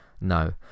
No